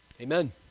Amen